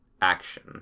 action—